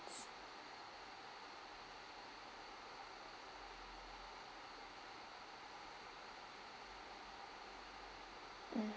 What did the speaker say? mm